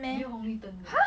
没有红绿灯的